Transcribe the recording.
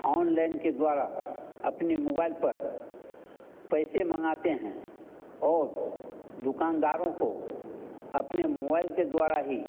online के द्वारा अपने मुबाइल पर पैसे मँगाते हैं और दुकानदारों को अपने मोवाइल के द्वारा ही